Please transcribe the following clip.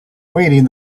waiting